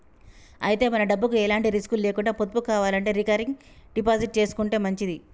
అయితే మన డబ్బుకు ఎలాంటి రిస్కులు లేకుండా పొదుపు కావాలంటే రికరింగ్ డిపాజిట్ చేసుకుంటే మంచిది